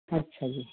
ਅੱਛਾ ਜੀ